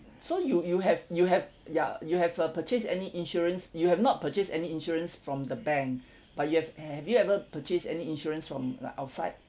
so you you have you have ya you have uh purchase any insurance you have not purchase any insurance from the bank but you have have you ever purchase any insurance from like outside